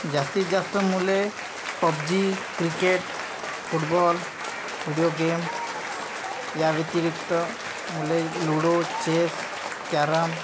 जास्तीत जास्त मुले PUBG cricket football video game याव्यतिरिक्त मुले लुडो चेस कॅरम